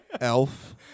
Elf